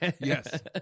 Yes